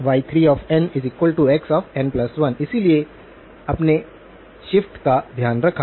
y3nxn1 इसलिए अपने shift का ध्यान रखा